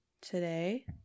today